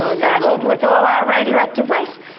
but saddled with all our radioactive waste.